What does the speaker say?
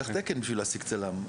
צריך תקן בשביל להשיג צלם.